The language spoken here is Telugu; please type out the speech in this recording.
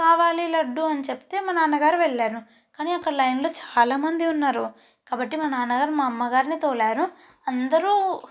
కావాలి లడ్డూ అని చెప్తే మా నాన్న గారు వెళ్ళారు కానీ అక్కడ లైన్లో చాలా మంది ఉన్నారు కాబట్టి మా నాన్న గారు మా అమ్మ గారిని తోలారు అందరూ